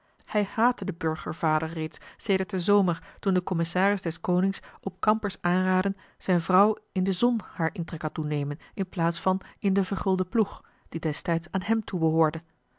hij haatte den burgervader reeds sedert den zomer toen de commissaris des konings op kamper's aanraden zijn vrouw in den zon haar intrek had doen nemen in plaats van in den vergulden ploeg die destijds aan hem toebehoorde